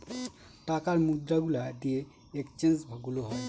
টাকার মুদ্রা গুলা দিয়ে এক্সচেঞ্জ গুলো হয়